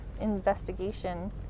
investigation